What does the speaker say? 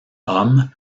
hommes